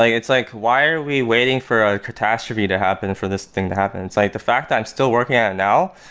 like like why are we waiting for a catastrophe to happen for this thing to happen? it's like, the fact i'm still working on it now,